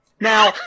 now